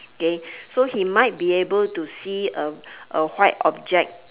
K so he might be able to see a a white object